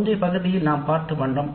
முந்தைய பகுதியில் நாம் பார்த்த வண்ணம்